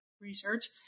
research